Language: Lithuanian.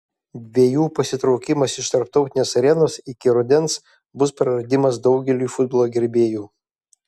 dviejų pasitraukimas iš tarptautinės arenos iki rudens bus praradimas daugeliui futbolo gerbėjų